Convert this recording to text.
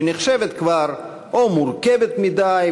שנחשבת כבר או מורכבת מדי,